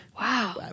Wow